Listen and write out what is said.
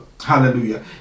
hallelujah